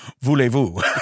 Voulez-vous